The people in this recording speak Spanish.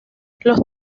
los